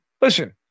listen